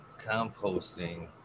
composting